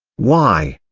why?